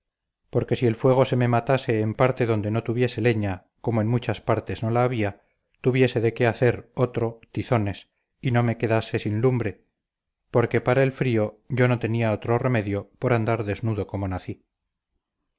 porque si el fuego se me matase en parte donde no tuviese leña como en muchas partes no la había tuviese de qué hacer otro tizones y no me quedase sin lumbre porque para el frío yo no tenía otro remedio por andar desnudo como nací